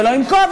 ולא עם כובע,